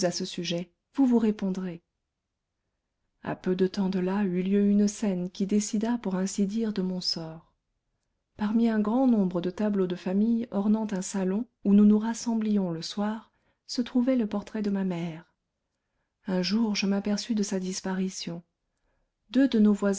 ce sujet vous vous répondrez à peu de temps de là eut lieu une scène qui décida pour ainsi dire de mon sort parmi un grand nombre de tableaux de famille ornant un salon où nous nous rassemblions le soir se trouvait le portrait de ma mère un jour je m'aperçus de sa disparition deux de nos